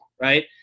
right